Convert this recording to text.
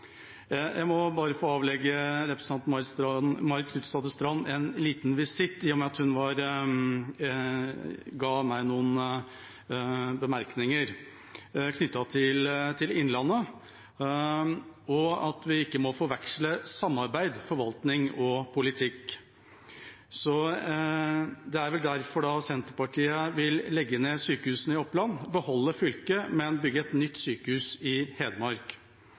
Jeg må bare få avlegge representanten Marit Knutsdatter Strand en liten visitt, i og med at hun ga meg noen bemerkninger knyttet til innlandet, og at vi ikke må forveksle samarbeid, forvaltning og politikk. Det er vel derfor Senterpartiet vil legge ned sykehusene i Oppland, beholde fylket, men bygge et nytt sykehus i Hedmark.